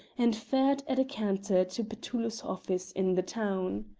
and fared at a canter to petullo's office in the town.